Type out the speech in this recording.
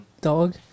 dog